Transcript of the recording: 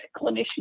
clinician